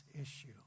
issue